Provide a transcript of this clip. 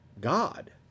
God